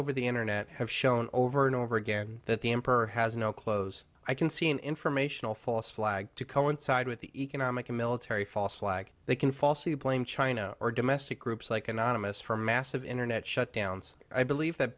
over the internet have shown over and over again that the emperor has no clothes i can see an informational false flag to coincide with the economic military false flag they can falsely blame china or domestic groups like anonymous for massive internet shutdowns i believe that